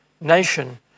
Nation